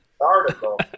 article